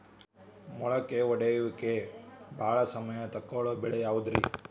ಮೊಳಕೆ ಒಡೆಯುವಿಕೆಗೆ ಭಾಳ ಸಮಯ ತೊಗೊಳ್ಳೋ ಬೆಳೆ ಯಾವುದ್ರೇ?